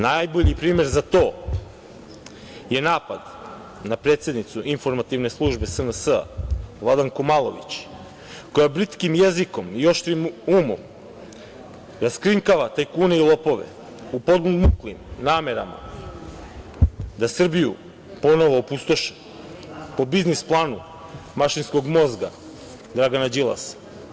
Najbolji primer za to je napad na predsednicu informativne službe SNS, Vladanku Malović, koja britkim jezikom i oštrim umom raskrinkava tajkune i lopove u podmuklim namerama da Srbiju ponovo opustoše po biznis planu mašinskog mozga, Dragana Đilasa.